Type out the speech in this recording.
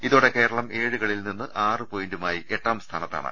ഇതോടെ കേരളം ഏഴു കളിയിൽ നിന്ന് ആറു പോയിന്റു മായി എട്ടാം സ്ഥാനത്താണ്